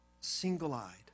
Single-eyed